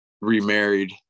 remarried